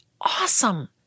awesome